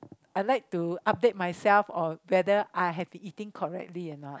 I like to update myself or whether I have been eating correctly or not